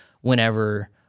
whenever